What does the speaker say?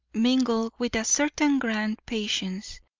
mingled with a certain grand patience.